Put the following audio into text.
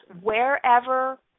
wherever